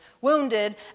wounded